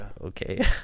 okay